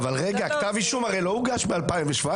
כתב אישום הרי לא הוגש ב-2017.